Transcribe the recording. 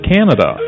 Canada